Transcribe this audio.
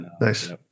Nice